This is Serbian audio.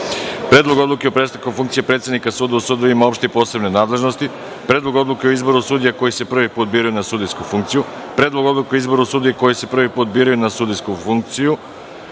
Predlogu odluke o prestanku funkcije predsednika suda u sudovima opšte i posebne nadležnosti; Predlogu odluke o izboru sudija koji se prvi put biraju na sudijsku funkciju